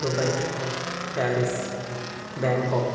Dubai Paris Bangkok